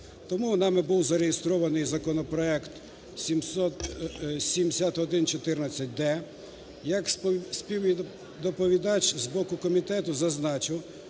Тому нами був зареєстрований законопроект 7114-д, як співдоповідач з боку комітету зазначу,